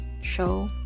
show